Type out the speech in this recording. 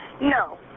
No